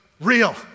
real